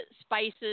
spices